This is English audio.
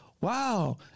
wow